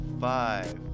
five